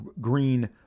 green